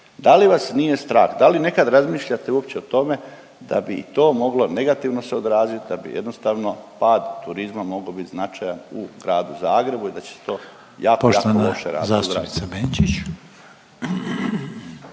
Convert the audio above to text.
Da li vas nije strah, da li nekad razmišljate uopće o tome da bi to moglo negativno se odrazit, da bi jednostavno pad turizma mogao biti značaj u gradu Zagrebu i da će se to jako, jako loše odraziti.